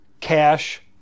cash